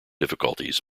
difficulties